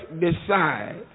decide